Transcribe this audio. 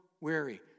weary